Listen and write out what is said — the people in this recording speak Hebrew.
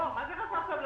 לא, מה זה חסר סבלנות?